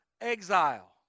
exile